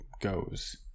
goes